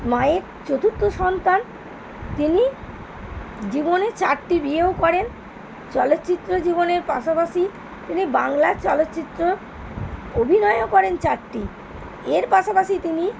মায়ের চতুর্থ সন্তান তিনি জীবনে চারটি বিয়েও করেন চলচ্চিত্র জীবনের পাশাপাশি তিনি বাংলার চলচ্চিত্রে অভিনয়ও করেন চারটি এর পাশাপাশি তিনি